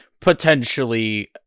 potentially